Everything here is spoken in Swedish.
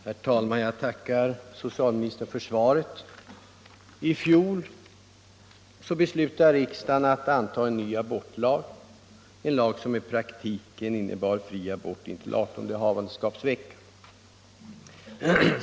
Herr talman! Jag tackar socialministern för svaret på min fråga. I fjol beslutade riksdagen att anta en ny abortlag — en lag som i praktiken innebär fri abort intill adertonde havandeskapsveckan.